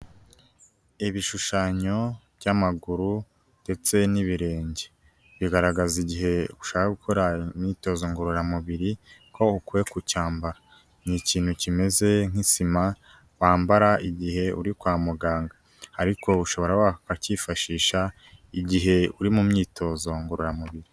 Ibishushanyo by'amaguru ndetse n'ibirenge, bigaragaza igihe ushaka gukora imyitozo ngororamubiri ko ukwiye kucyambara, ni ikintu kimeze nk'isima wambara igihe uri kwa muganga ariko ushobora wakakifashisha igihe uri mu myitozo ngororamubiri.